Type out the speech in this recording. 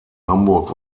hamburg